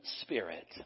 spirit